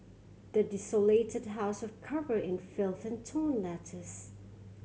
the desolated house was covered in filth and torn letters